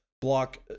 Block